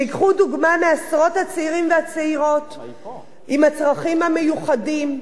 שייקחו דוגמה מעשרות הצעירים והצעירות עם הצרכים המיוחדים,